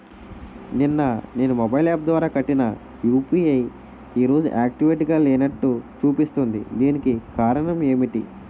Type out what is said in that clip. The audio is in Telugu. నిన్న నేను మొబైల్ యాప్ ద్వారా కట్టిన యు.పి.ఐ ఈ రోజు యాక్టివ్ గా లేనట్టు చూపిస్తుంది దీనికి కారణం ఏమిటి?